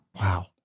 Wow